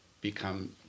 become